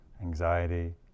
anxiety